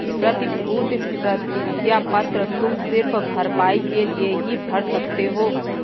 प्रतिभूति प्रतिज्ञा पत्र तुम सिर्फ भरपाई के लिए ही भर सकते हो